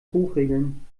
hochregeln